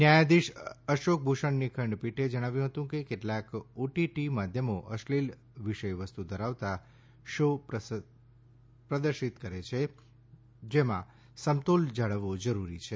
ન્યાયાધીશ અશોક ભુષણની ખંડપીઠે જણાવ્યું હતું કે કેટલાક ઑ ટી ટી માધ્યમો અશ્લીલ વિષયવસ્તુ ધરાવતા શો પ્રદર્શિત કરે છે જેમાં સમતોલ જાળવવો જરૂરી છે